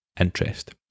interest